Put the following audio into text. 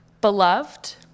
beloved